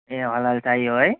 ए हलाल चाहियो है